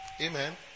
amen